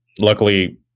luckily